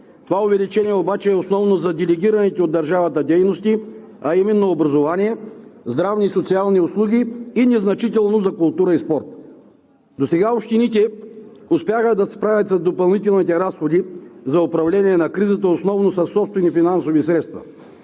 Това увеличение обаче е основно за делегираните от държавата дейности, а именно образование, здравни и социални услуги и незначително за култура и спорт. Досега общините успяваха да се справят с допълнителните разходи за управление на кризата основно със собствени финансови средства.